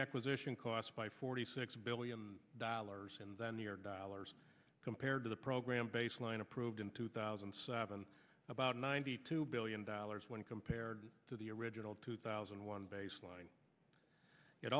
acquisition cost by forty six billion dollars in the near dollars compared to the program baseline approved in two thousand and seven about ninety two billion dollars when compared to the original two thousand and one baseline it